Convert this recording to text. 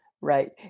Right